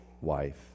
wife